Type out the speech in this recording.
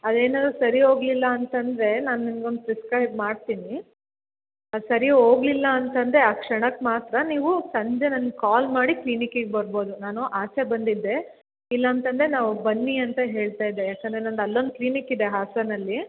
ಅದು ಏನಾದರೂ ಸರಿ ಹೋಗ್ಲಿಲ್ಲ ಅಂತಂದರೆ ನಾನು ನಿಮ್ಗೆ ಒಂದು ಪ್ರಿಸ್ಕ್ರೈಬ್ ಮಾಡ್ತೀನಿ ಅದು ಸರಿ ಹೋಗ್ಲಿಲ್ಲ ಅಂತಂದರೆ ಆ ಕ್ಷಣಕ್ಕೆ ಮಾತ್ರ ನೀವು ಸಂಜೆ ನನ್ಗೆ ಕಾಲ್ ಮಾಡಿ ಕ್ಲಿನಿಕಿಗೆ ಬರ್ಬೌದು ನಾನು ಆಚೆ ಬಂದಿದ್ದೆ ಇಲ್ಲ ಅಂತಂದರೆ ನಾವು ಬನ್ನಿ ಅಂತ ಹೇಳ್ತಾ ಇದ್ದೆ ಯಾಕಂದ್ರೆ ನಂದು ಅಲ್ಲೊಂದು ಕ್ಲಿನಿಕ್ ಇದೆ ಹಾಸನಲ್ಲಿ